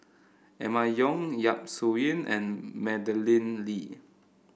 Emma Yong Yap Su Yin and Madeleine Lee